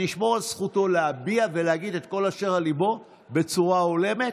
אני אשמור על זכותו להביע ולהגיד את כל אשר על ליבו בצורה הולמת,